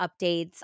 updates